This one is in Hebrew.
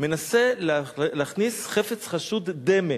מנסה להכניס חפץ חשוד דמה.